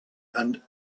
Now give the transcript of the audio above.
and